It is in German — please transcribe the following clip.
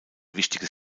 wichtiges